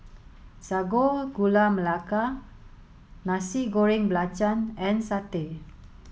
Sago Gula Melaka Nasi Goreng Belacan and satay